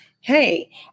hey